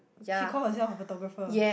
she call herself photographer